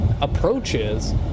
approaches